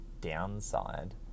downside